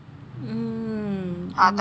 mm